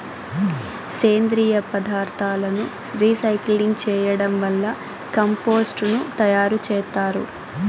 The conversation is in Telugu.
సేంద్రీయ పదార్థాలను రీసైక్లింగ్ చేయడం వల్ల కంపోస్టు ను తయారు చేత్తారు